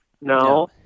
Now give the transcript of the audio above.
No